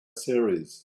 series